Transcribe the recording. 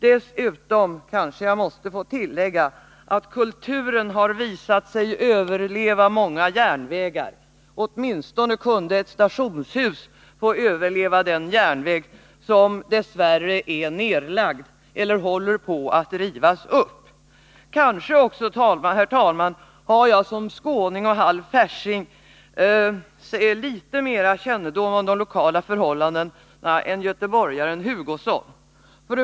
Dessutom vill jag tillägga att kulturen har visat sig överleva många järnvägar. Åtminstone kunde ett stationshus få överleva den järnväg som dess värre är nedlagd eller håller på att rivas upp. Kanske har jag också, herr talman, såsom skåning och halvfärsing litet mera kännedom om de lokala förhållandena än göteborgaren Kurt Hugosson.